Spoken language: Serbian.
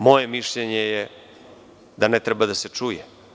Moje mišljenje je da ne treba da se čuje.